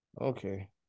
Okay